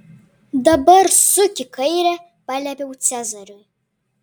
dabar suk į kairę paliepiau cezariui